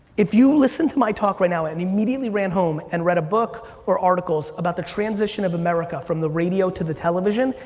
if you listen to my talk right now and immediately ran home and read a book or articles about the transition of america from the radio to the television,